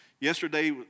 Yesterday